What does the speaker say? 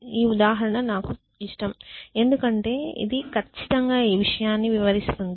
ఈ ఉదాహరణ నాకు ఇష్టం ఎందుకంటే ఇది ఖచ్చితంగా ఈ విషయాన్ని వివరిస్తుంది